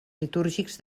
litúrgics